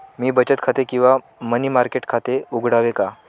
मी बचत खाते किंवा मनी मार्केट खाते उघडावे का?